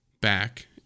back